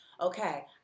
okay